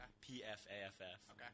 P-F-A-F-F